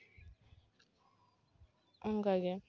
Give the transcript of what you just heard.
ᱚᱱᱠᱟ ᱜᱮ